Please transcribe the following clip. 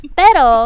pero